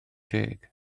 deg